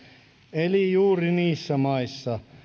eli juuri niissä maissa